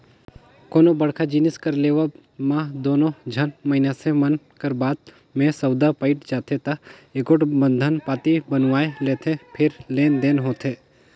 कोनो बड़का जिनिस कर लेवब म दूनो झन मइनसे मन कर बात में सउदा पइट जाथे ता एगोट बंधन पाती बनवाए लेथें फेर लेन देन होथे